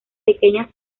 pequeñas